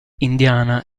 indiana